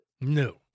No